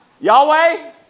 Yahweh